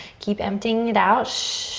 keep emptying it out.